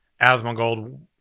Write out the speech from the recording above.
Asmongold